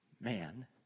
Man